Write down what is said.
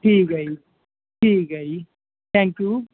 ਠੀਕ ਹੈ ਜੀ ਠੀਕ ਹੈ ਜੀ ਥੈਂਕ ਯੂ